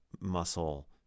muscle